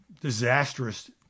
disastrous